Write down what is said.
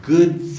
good